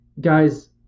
Guys